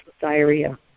diarrhea